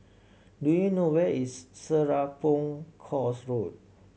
do you know where is Serapong Course Road